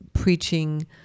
preaching